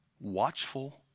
watchful